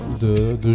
de